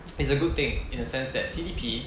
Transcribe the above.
it's a good thing in a sense that C_D_P